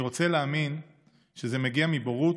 אני רוצה להאמין שזה מגיע מבורות,